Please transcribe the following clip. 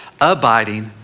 Abiding